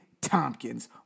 Tompkins